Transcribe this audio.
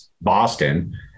Boston